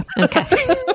Okay